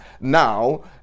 now